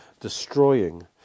Destroying